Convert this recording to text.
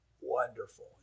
wonderful